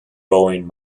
romhainn